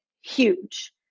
huge